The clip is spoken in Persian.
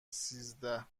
سیزده